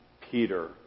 Peter